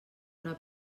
una